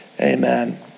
Amen